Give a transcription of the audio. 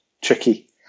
tricky